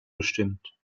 gestimmt